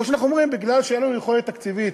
או שאנחנו אומרים שמפני שאין לנו יכולת תקציבית